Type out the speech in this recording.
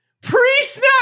pre-snap